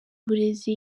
burezi